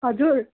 हजुर